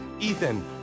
Ethan